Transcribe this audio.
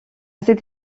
cette